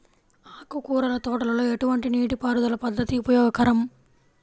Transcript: ఆకుకూరల తోటలలో ఎటువంటి నీటిపారుదల పద్దతి ఉపయోగకరం?